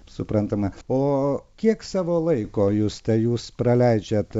suprantama o kiek savo laiko juste jūs praleidžiat